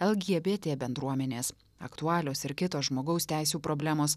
lgbt bendruomenės aktualios ir kito žmogaus teisių problemos